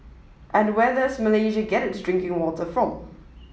and where does Malaysia get its drinking water from